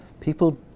people